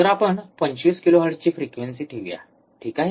तर आपण २५ किलोहर्ट्झची फ्रिक्वेंसी ठेवूया ठीक आहे